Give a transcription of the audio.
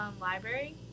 library